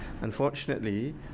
Unfortunately